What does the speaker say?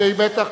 שהיא בטח,